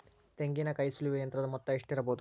ತೆಂಗಿನಕಾಯಿ ಸುಲಿಯುವ ಯಂತ್ರದ ಮೊತ್ತ ಎಷ್ಟಿರಬಹುದು?